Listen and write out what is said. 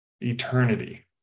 eternity